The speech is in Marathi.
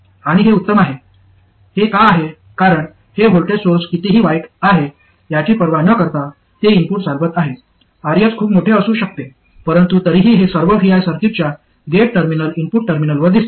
आणि हे उत्तम आहे हे का आहे कारण हे व्होल्टेज सोर्स कितीही वाईट आहे याची पर्वा न करता ते इनपुट चालवत आहेत Rs खूप मोठे असू शकते परंतु तरीही हे सर्व vi सर्किटच्या गेट टर्मिनल इनपुट टर्मिनलवर दिसते